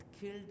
killed